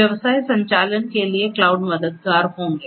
व्यवसाय संचालन के लिए क्लाउड मददगार होंगे